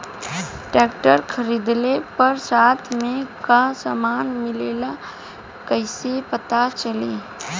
Tractor खरीदले पर साथ में का समान मिलेला कईसे पता चली?